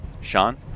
Sean